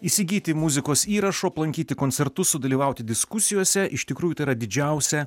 įsigyti muzikos įrašų aplankyti koncertus sudalyvauti diskusijose iš tikrųjų tai yra didžiausia